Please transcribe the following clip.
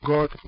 God